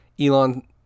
Elon